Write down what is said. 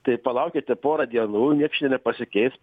tai palaukite porą dienų nieks čia nepasikeis